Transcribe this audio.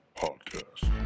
podcast